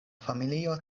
familio